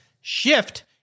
Shift